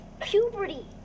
Puberty